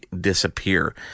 disappear